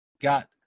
got